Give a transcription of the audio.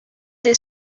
des